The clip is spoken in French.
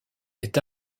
est